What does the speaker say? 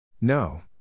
No